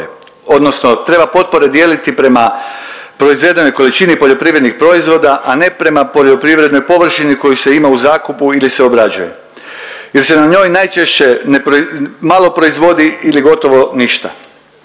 odnosno treba potpore dijeliti prema proizvedenoj količini poljoprivrednih proizvoda, a ne prema poljoprivrednoj površini koju se ima u zakupu ili se obrađuje jer se na njoj najčešće malo proizvodi ili gotovo ništa.